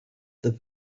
the